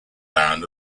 down